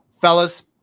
Fellas